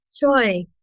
joy